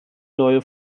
neue